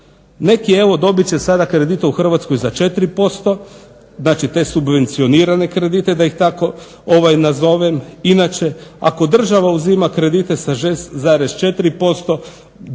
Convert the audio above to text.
Neki evo dobit će sada kredite u Hrvatskoj za 4%, znači te subvencionirane kredite da ih tako nazovem. Inače ako država uzima kredite sa 6,4% poduzetnik